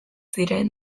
ziren